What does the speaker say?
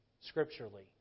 scripturally